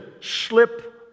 slip